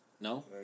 No